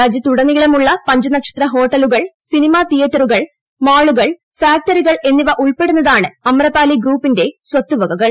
രാജ്യത്തുടനീളമുള്ള പഞ്ചനക്ഷത്ര ഹോട്ടലുകൾ സിനിമാ തീയറ്റേറുകൾ മാളുകൾ ഫാക്ടറികൾ എന്നിവ ഉൾപ്പെടുന്നതാണ് അമ്രപാലി ഗ്രൂപ്പിന്റെ സ്വത്തുവകകൾ